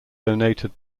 donated